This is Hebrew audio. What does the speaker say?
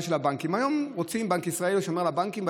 של הבנקים: היום בנק ישראל שומר על הבנקים,